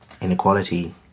inequality